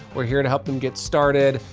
we're here to help them get started.